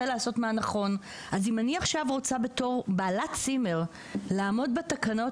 אם אני בתור בעלת צימר רוצה לעמוד בתקנות,